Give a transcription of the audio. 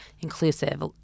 inclusive